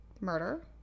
murder